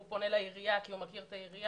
הוא פונה לעירייה כי הוא מכיר את העירייה,